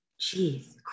Jeez